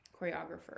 choreographer